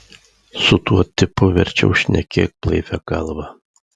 su tuo tipu verčiau šnekėk blaivia galva